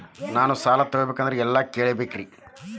ನಾನು ಸಾಲ ತೊಗೋಬೇಕ್ರಿ ಎಲ್ಲ ಕೇಳಬೇಕ್ರಿ?